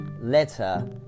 letter